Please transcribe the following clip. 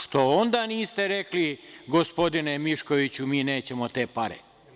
Što onda niste rekli - gospodine Miškoviću mi nećemo te pare.